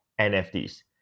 NFTs